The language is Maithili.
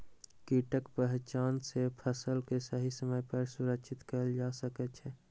कीटक पहचान सॅ फसिल के सही समय पर सुरक्षित कयल जा सकै छै